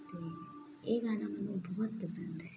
ਅਤੇ ਇਹ ਗਾਣਾ ਮੈਨੂੰ ਬਹੁਤ ਪਸੰਦ ਹੈ